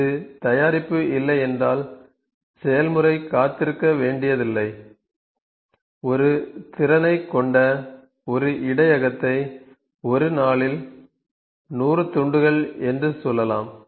இது தயாரிப்பு இல்லை என்றால் செயல்முறை காத்திருக்க வேண்டியதில்லை ஒரு திறனைக் கொண்ட ஒரு இடையகத்தை ஒரு நாளில் 100 துண்டுகள் என்று சொல்லலாம்